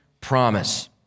promise